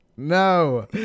No